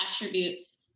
attributes